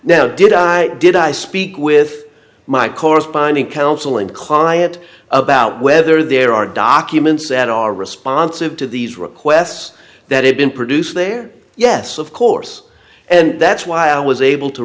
now did i did i speak with my corresponding counseling client about whether there are documents that are responsive to these requests that have been produced there yes of force and that's why i was able to